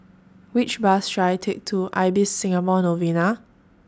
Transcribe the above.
Which Bus should I Take to Ibis Singapore Novena